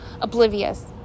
oblivious